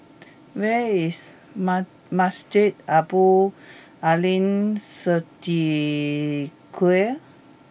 Where is Masjid Abdul Aleem Siddique